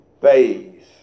phase